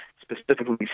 specifically